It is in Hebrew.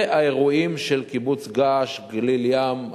אלה האירועים של קיבוץ געש ושל גליל-ים.